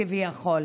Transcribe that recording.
כביכול.